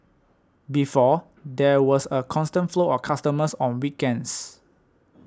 before there was a constant flow of customers on weekends